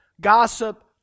Gossip